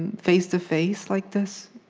and face-to-face like this,